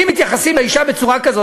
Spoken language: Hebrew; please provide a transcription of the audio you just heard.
אם מתייחסים לאישה בצורה כזו,